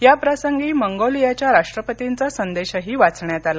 या प्रसंगी मंगोलियाच्या राष्ट्रपतींचा संदेशही वाचण्यात आला